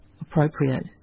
appropriate